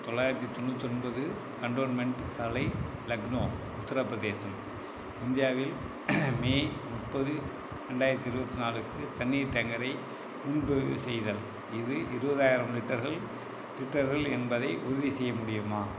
தொள்ளாயிரத்தி தொண்ணூற்றொன்பது கன்டோன்மெண்ட் சாலை லக்னோ உத்தரப்பிரதேசம் இந்தியாவில் மே முப்பது ரெண்டாயிரத்தி இருபத்தி நாலுக்கு தண்ணீர் டேங்கரை முன்பதிவு செய்தல் இது இருபதாயிரம் லிட்டர்கள் லிட்டர்கள் என்பதை உறுதி செய்ய முடியுமா